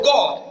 God